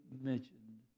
mentioned